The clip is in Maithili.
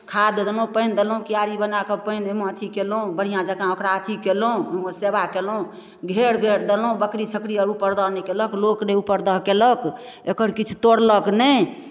खाद देलहुँ पानि देलहुँ कियारी बनाकऽ पानि ओइमे अथी कयलहुँ बढ़िआँ जकाँ ओकरा अथी कयलहुँ ओकरा सेवा कयलहुँ घेर बेर देलहुँ बकरी छकरी अर उपद्रव नहि कयलक लोक नहि उपद्रव कयलक एकर किछु तोरलक नहि